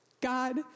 God